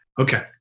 Okay